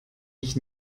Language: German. ich